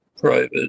private